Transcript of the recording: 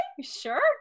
sure